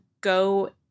go